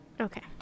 Okay